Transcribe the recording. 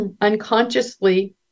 unconsciously